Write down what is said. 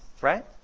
right